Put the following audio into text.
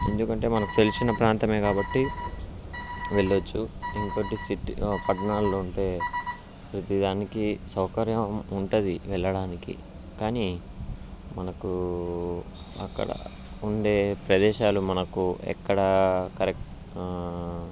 ఎందుకంటే మనకు తెలిసిన ప్రాంతమే కాబట్టి వెళ్ళవచ్చు ఇంకొకటి సిటీ పట్టణాల్లో ఉంటే ప్రతీ దానికీ సౌకర్యం ఉంటుంది వెళ్ళడానికి కానీ మనకూ అక్కడ ఉండే ప్రదేశాలు మనకు ఎక్కడా కరెక్ట్